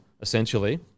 essentially